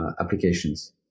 applications